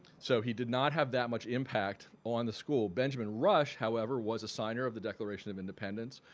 so he did not have that much impact on the school. benjamin rush, however, was a signer of the declaration of independence,